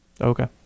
Okay